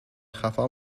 خفا